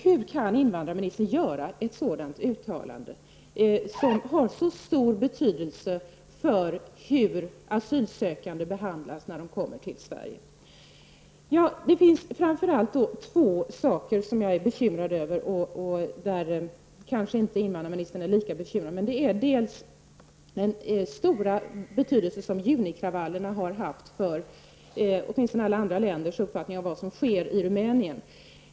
Hur kan invandrarministern göra ett sådant uttalande, som har så stor betydelse för hur asylsökande behandlas när de kommer till Sverige? Det är framför allt två saker som jag är bekymrad över, medan invandrarministern kanske inte är lika bekymrad. Det gäller först den stora betydelse som junikravallerna har haft för åtminstone alla andra länders uppfattning om vad som sker i Rumänien.